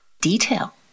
detail